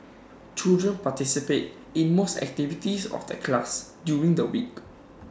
children participate in most activities of the class during the week